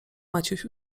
maciuś